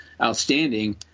outstanding